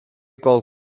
kol